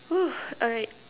!woo! alright